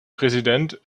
präsident